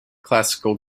classical